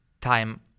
time